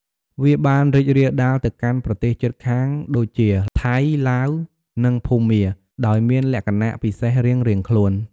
វាបានរីករាលដាលទៅកាន់ប្រទេសជិតខាងដូចជា ថៃ ឡាវ និងភូមា ដោយមានលក្ខណៈពិសេសរៀងៗខ្លួន។